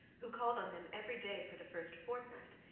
who called on them every day for the first fortnight,